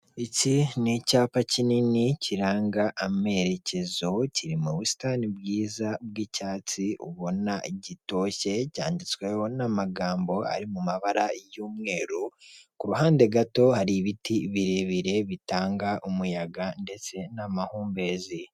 iki ni icyapa kinini kiranga amerekezo, kiri mu busitani bwiza bw'icyatsi ubona gitoshye, cyanditsweho n'amagambo ari mu mabara y'umweru, ku ruhande gato hari ibiti birebire bitanga umuyaga ndetse n'amahumbezi.